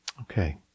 Okay